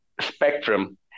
spectrum